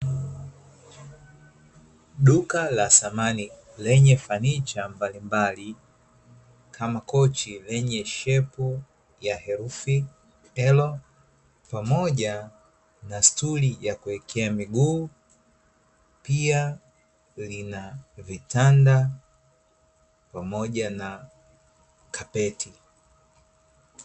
Duka la samani lenye fanicha mbalimbali kama: kochi lenye shepu ya herufi L, pamoja na stuli ya kuwekea miguu, pia lina vitanda pamoja na kapeti.